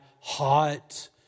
hot